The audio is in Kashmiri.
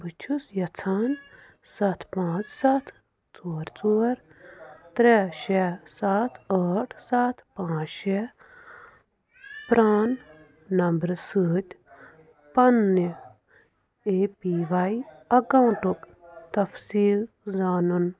بہٕ چھُس یَژھان سَتھ پانٛژھ سَتھ ژور ژور ترٛےٚ شےٚ ستھ ٲٹھ ستھ پانٛژھ شےٚ پران نمبرٕ سۭتۍ پنٕنہِ اَے پی واٮٔی اؠکاؤنٹُک تَفصیٖل زانُن